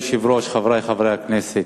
אדוני היושב-ראש, חברי חברי הכנסת,